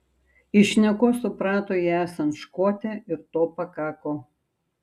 iš šnekos suprato ją esant škotę ir to pakako